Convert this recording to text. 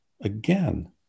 again